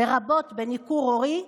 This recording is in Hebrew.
לרבות בניכור הורי,